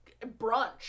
brunch